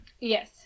Yes